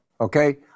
Okay